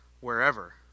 wherever